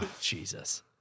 Jesus